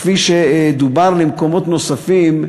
כפי שדובר לגבי מקומות נוספים,